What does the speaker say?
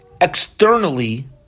externally